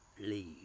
leave